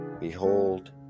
Behold